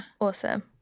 Awesome